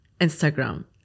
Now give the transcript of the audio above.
instagram